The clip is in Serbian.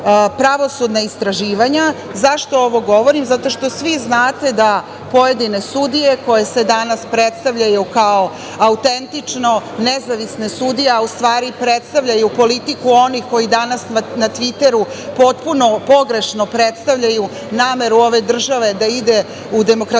pravosudna istraživanja. Zašto ovo govorim? Zato što svi znate da pojedine sudije koje se danas predstavljaju kao autentično nezavisne sudije, a u stvari predstavljaju politiku onih koji danas na Tviteru potpuno pogrešno predstavljaju nameru ove države da ide u demokratizaciju